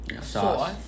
sauce